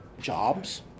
jobs